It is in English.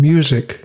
Music